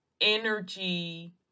energy